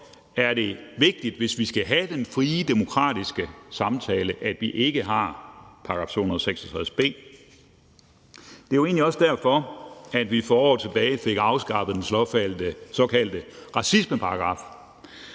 er det vigtigt, hvis vi skal have den frie demokratiske samtale, at vi ikke har § 266 b. Det er jo egentlig også derfor, at vi for år tilbage fik afskaffet den såkaldte blasfemiparagraf